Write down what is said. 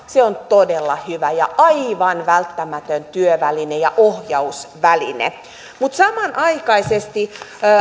se on todella hyvä ja aivan välttämätön työväline ja ohjausväline mutta samanaikaisesti